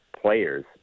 players